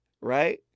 right